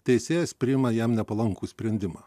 teisėjas priima jam nepalankų sprendimą